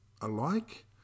alike